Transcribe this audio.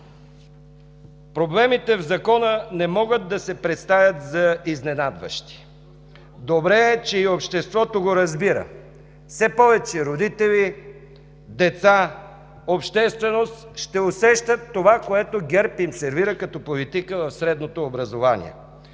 Проблемите в Закона не могат да се представят за изненадващи. Добре е, че и обществото го разбира. Все повече родители, деца, общественост ще усещат това, което ГЕРБ им сервира като политика в средното образование.